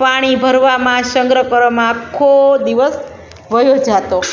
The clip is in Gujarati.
પાણી ભરવામાં સંગ્રહ કરવામાં આખો દિવસ વહ્યો જતો